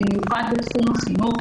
במיוחד בתחום החינוך,